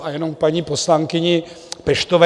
A jenom k paní poslankyni Peštové.